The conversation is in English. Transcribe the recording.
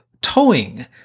Towing